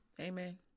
amen